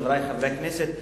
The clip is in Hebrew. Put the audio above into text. חברי חברי הכנסת,